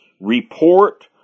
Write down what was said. report